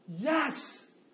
Yes